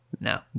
No